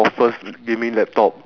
ya monster machine